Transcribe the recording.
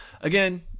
Again